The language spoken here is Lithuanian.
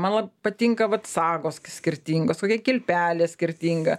man vat patinka vat sagos skirtingos kokia kilpelė skirtinga